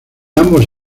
ambos